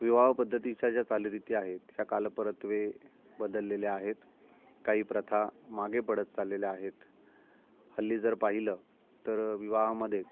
विवाह पद्धतीच्या ज्या चालीरीती आहेत ह्या कालपरत्वे बदललेल्या आहेत काही प्रथा मागे पडत चाललेल्या आहेत हल्ली जर पाहिलं तर विवाहामध्ये